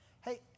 Hey